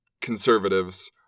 conservatives